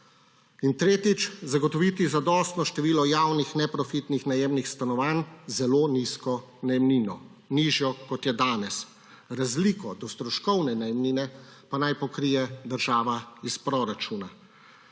Tretjič. Zagotoviti zadostno število javnih neprofitnih najemnih stanovanj z zelo nizko najemnino, nižjo, kot je danes. Razliko do stroškovne najemnine pa naj pokrije država iz proračuna.